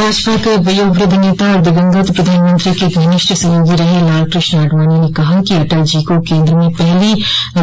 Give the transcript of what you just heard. भाजपा के वयोवृद्ध नेता और दिवंगत प्रधानमंत्री के घनिष्ठ सहयोगी रहे लालकृष्ण आडवाणी ने कहा कि अटलजी को केन्द्र में पहली